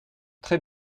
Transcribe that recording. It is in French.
très